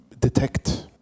detect